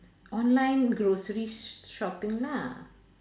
online groceries shopping lah